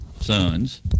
sons